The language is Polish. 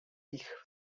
ich